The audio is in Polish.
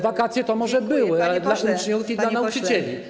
Wakacje to może były, ale dla uczniów i dla nauczycieli.